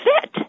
fit